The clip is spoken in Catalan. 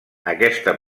aquesta